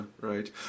Right